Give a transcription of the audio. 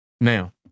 Now